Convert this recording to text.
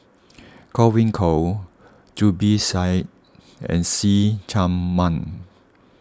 Godwin Koay Zubir Said and See Chak Mun